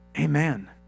Amen